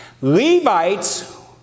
Levites